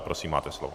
Prosím, máte slovo.